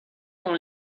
sont